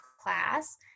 class